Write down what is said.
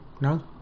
no